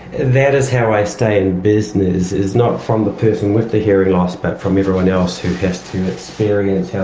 that is how i stay in business is not from the person with the hearing loss but from everyone else who has to experience how